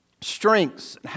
strengths